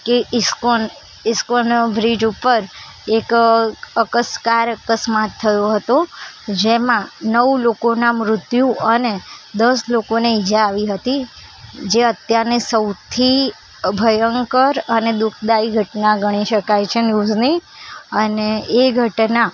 કે ISKCON ISKCON bridge ઉપર એક અકસ કાર અકસ્માત થયો હતો જેમાં નવ લોકોનાં મૃત્યુ અને દસ લોકોને ઈજા આવી હતી જે અત્યારની સૌથી ભયંકર અને દુઃખદાયી ઘટના ગણી શકાય છે ન્યૂઝની અને એ ઘટના